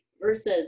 versus